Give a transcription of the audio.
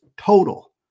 total